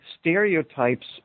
stereotypes